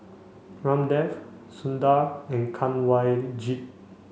Ramdev Sundar and Kanwaljit